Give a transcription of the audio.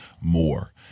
more